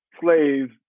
slaves